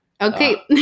Okay